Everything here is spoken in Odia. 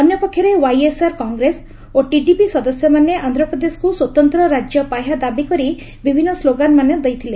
ଅନ୍ୟପକ୍ଷରେ ୱାଇଏସ୍ଆର୍ କଂଗ୍ରେସ ଓ ଟିଡିପି ସଦସ୍ୟମାନେ ଆନ୍ଧ୍ରପ୍ରଦେଶକୁ ସ୍ୱତନ୍ତ ରାଜ୍ୟ ପାହ୍ୟା ଦାବି କରି ବିଭିନ୍ନ ସ୍କୋଗାନମାନ ଦେଇଥିଲେ